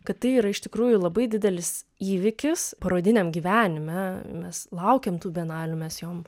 kad tai yra iš tikrųjų labai didelis įvykis parodiniam gyvenime mes laukėm tų benamių mes jom